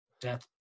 death